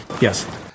Yes